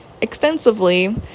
extensively